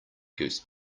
goose